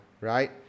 right